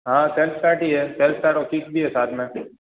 हाँ self start ही है सेल्फ़ स्टार्ट और किक भी है साथ में